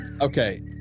Okay